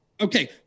Okay